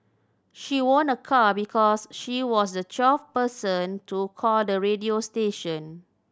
she won a car because she was the twelfth person to call the radio station